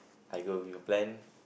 I go with your plan